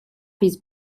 his